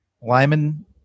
Lyman